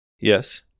Yes